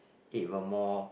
it will more